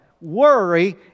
Worry